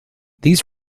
these